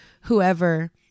whoever